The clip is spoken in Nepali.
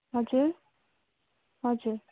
हजुर हजुर